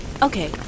Okay